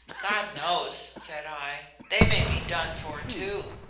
god knows, said i they may be done for, too.